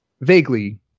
vaguely